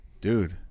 Dude